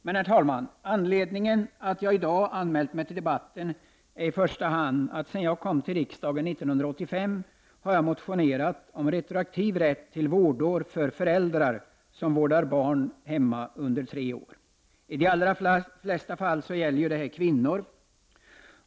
Men, herr talman, anledningen till att jag i dag anmält mig till debatten är i första hand att jag sedan jag kom till riksdagen 1985 har motionerat om retroaktiv rätt till vårdår för föräldrar som vårdar barn hemma som är under tre år. I de allra flesta fall gäller detta kvinnor.